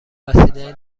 وسیله